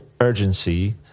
urgency